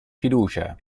fiducia